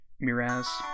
Miraz